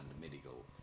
medical